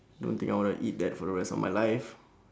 don't think I would want to eat that for the rest of my life